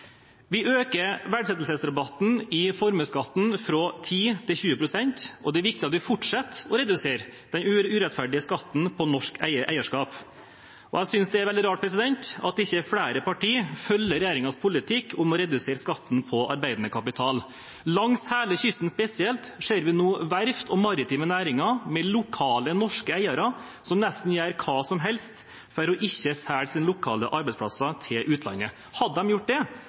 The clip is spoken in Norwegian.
Vi øker verdsettelsesrabatten i formuesskatten fra 10 til 20 pst., og det er viktig at vi fortsetter å redusere den urettferdige skatten på norsk eierskap. Jeg synes det er veldig rart at ikke flere partier følger regjeringens politikk om å redusere skatten på arbeidende kapital. Langs hele kysten spesielt ser vi nå verft og maritime næringer med lokale norske eiere som gjør nesten hva som helst for ikke å selge sine lokale arbeidsplasser til utlandet. Hadde de gjort det,